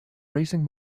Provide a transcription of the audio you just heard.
racing